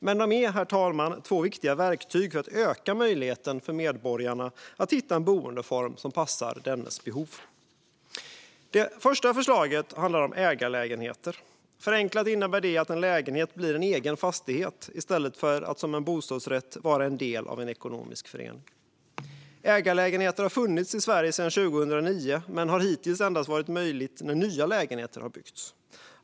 Men de är, herr talman, två viktiga verktyg för att öka möjligheten för medborgarna att hitta en boendeform som passar deras behov. Det första förslaget handlar om ägarlägenheter. Förenklat innebär det att en lägenhet blir en egen fastighet i stället för att, som en bostadsrätt, vara en del av en ekonomisk förening. Ägarlägenheter har funnits i Sverige sedan 2009 men har hittills endast varit möjligt när nya lägenheter har byggts.